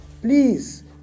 please